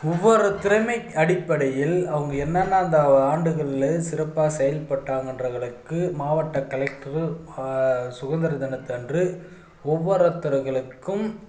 ஒவ்வொரு திறமை அடிப்படையில் அவங்க என்னென்ன அந்த ஆண்டுகளில் சிறப்பாக செயல்பட்டாங்கன்றவங்களுக்கு மாவட்ட கலெக்டரு சுதந்திர தினத்து அன்று ஒவ்வொருத்தர்களுக்கும்